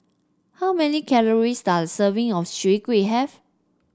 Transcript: how many calories does a serving of Chai Kuih have